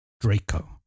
Draco